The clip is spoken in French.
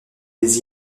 les